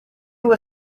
were